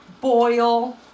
boil